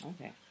Okay